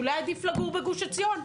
אולי עדיף לגור בגוש עציון,